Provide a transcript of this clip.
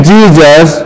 Jesus